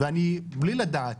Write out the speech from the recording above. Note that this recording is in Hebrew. ובלי לדעת,